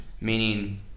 meaning